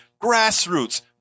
Grassroots